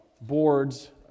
boards